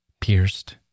pierced